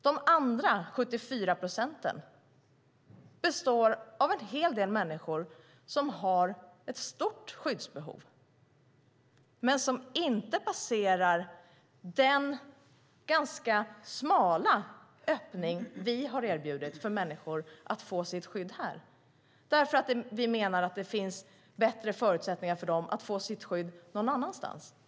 De övriga 74 procenten består av en hel del människor som har ett stort skyddsbehov men som inte passerar den ganska smala öppning som vi har erbjudit för människor att få sitt skydd här därför att vi menar att det finns bättre förutsättningar för dem att få sitt skydd någon annanstans.